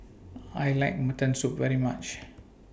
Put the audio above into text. I like Mutton Soup very much